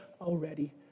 already